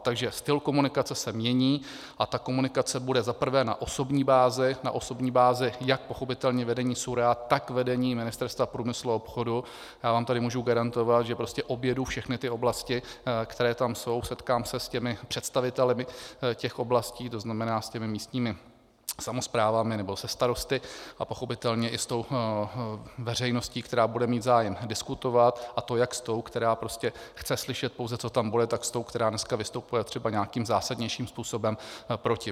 Takže styl komunikace se mění a ta komunikace bude za prvé na osobní bázi, na osobní bázi pochopitelně jak vedení SÚRAO, tak vedení Ministerstva průmyslu a obchodu, a já vám tady můžu garantovat, že prostě objedu všechny ty oblasti, které tam jsou, setkám se s představiteli těch oblastí, to znamená s místními samosprávami nebo se starosty, a pochopitelně i s tou veřejností, která bude mít zájem diskutovat, a to jak s tou, která prostě chce slyšet pouze, co tam bude, tak s tou, která dneska vystupuje třeba nějakým zásadnějším způsobem proti.